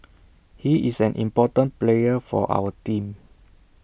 he's an important player for our team